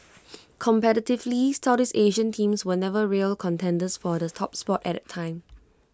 competitively Southeast Asian teams were never real contenders for the top spot at that time